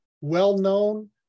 well-known